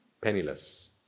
Penniless